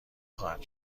خواهد